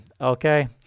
Okay